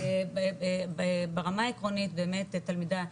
ברמה העקרונית באמת תלמידה,